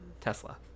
Tesla